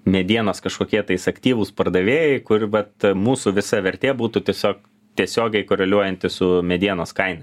medienos kažkokie tais aktyvūs pardavėjai kur vat mūsų visa vertė būtų tiesiog tiesiogiai koreliuojanti su medienos kaina